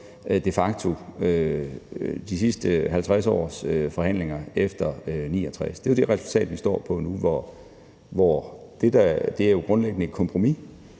de sidste 50 års forhandlinger efter 1969 – det er jo det resultat, vi står på nu. Og det er grundlæggende et kompromis,